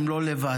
הם לא לבד.